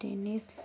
tennis